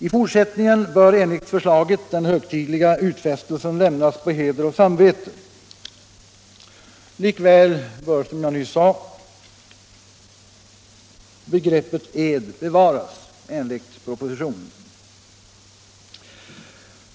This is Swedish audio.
I fortsättningen bör enligt förslaget den högtidliga utfästelsen lämnas på heder och samvete. Likväl bör, som jag nyss sade, begreppet ed bevåras enligt propositionen.